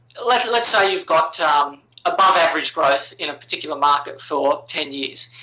let's let's say you've got above-average growth in a particular market for ten years.